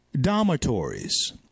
dormitories